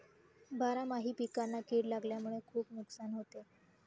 बारामाही पिकांना कीड लागल्यामुळे खुप नुकसान होते